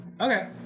Okay